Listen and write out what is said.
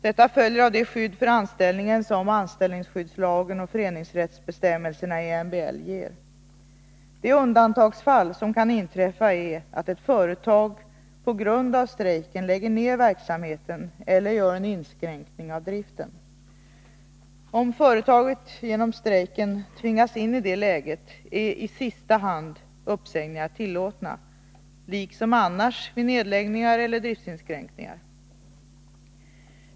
Detta följer av det skydd för anställningen som anställningsskyddslagen och föreningsrättsbestämmelserna i MBL ger. Det undantagsfall som kan inträffa är att ett företag på grund av strejken lägger ned verksamheten eller gör en inskränkning av driften. Om företaget genom strejken tvingas in i det läget, är i sista hand uppsägningar tillåtna, liksom annars vid nedläggningar eller driftsinskränkningar.